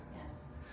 Yes